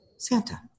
Santa